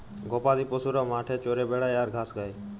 গবাদি পশুরা মাঠে চরে বেড়ায় আর ঘাঁস খায়